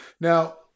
Now